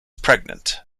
pregnant